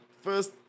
first